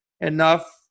enough